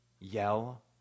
Yell